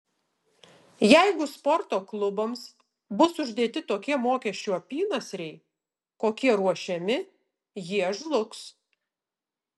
jeigu sporto klubams bus uždėti tokie mokesčių apynasriai kokie ruošiami jie žlugs